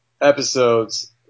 episodes